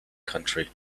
country